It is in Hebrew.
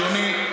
אדוני,